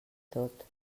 tot